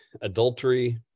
adultery